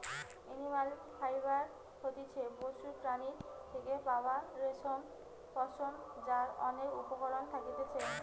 animal fibre হতিছে পশুর প্রাণীর থেকে পাওয়া রেশম, পশম যার অনেক উপকরণ থাকতিছে